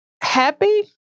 Happy